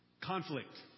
Conflict